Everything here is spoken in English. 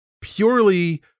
purely